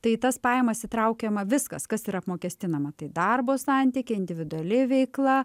tai į tas pajamas įtraukiama viskas kas yra apmokestinama tai darbo santykiai individuali veikla